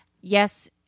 yes